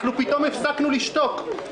פתאום הפסקנו לשתוק.